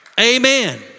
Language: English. Amen